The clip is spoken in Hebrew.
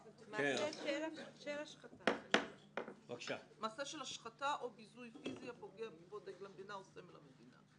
מעשה של השחתה או ביזוי פיזי הפוגע בכבוד דגל המדינה או סמל המדינה.